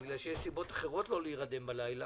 בגלל שיש סיבות אחרות לא להירדם בלילה,